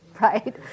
right